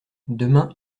demain